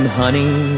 honey